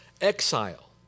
exile